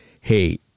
hey